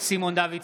סימון דוידסון,